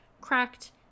cracked